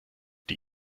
die